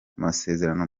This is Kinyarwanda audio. amasezerano